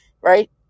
right